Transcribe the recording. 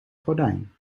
gordijn